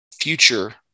future